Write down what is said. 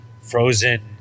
frozen